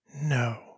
No